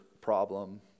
problem